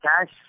cash